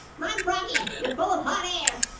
mime froggy, you're full of hot air.